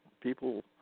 People